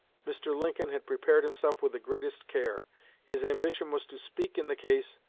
mr. lincoln had prepared himself with the greatest care his ambition was to speak in the case,